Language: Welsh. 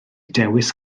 dewis